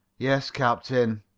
yes, captain,